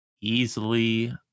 easily